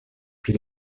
pri